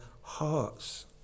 hearts